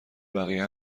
بقیه